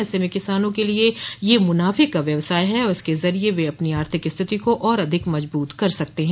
ऐसे में किसानों के लिए यह मुनाफे का व्यवसाय है और इसके जरिए वह अपनी आर्थिक स्थिति को और अधिक मजबूत कर सकते है